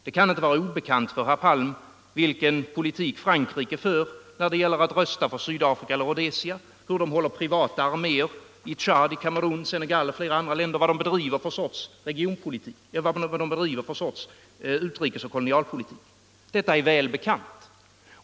Det kan inte vara obekant för herr Palm vilken politik Frankrike för när det gäller att rösta för Sydafrika eller Rhodesia; hur de håller privata arméer i Tchad, Kamerun, Senegal och flera andra länder och vad de bedriver för softs utrikesoch kolonialpolitik. Det är väl bekant.